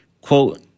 quote